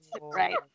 right